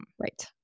Right